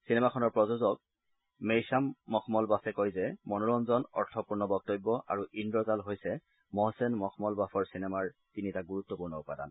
চিনেমাখনৰ প্ৰযোজক মেইচাম মখমলবাফে কয় যে মনোৰঞ্জন অৰ্থপূৰ্ণ বক্তব্য আৰু ইন্দ্ৰজাল হৈছে মহচেন মখমলবাফৰ চিনেমাৰ তিনিটা গুৰুত্বপূৰ্ণ উপাদান